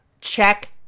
check